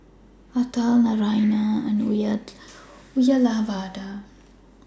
Atal Naraina and Uyyalawada